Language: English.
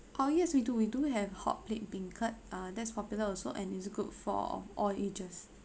oh yes we do we do have hotplate beancurd uh that's popular also and it's good for of all ages